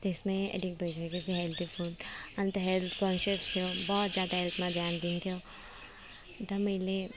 त्यसमै एडिक्ट भइसकेको थियो healthy food and health conscious थियो बहुत ज्यादा हेल्थमा ध्यान दिन्थ्यो अन्त मैले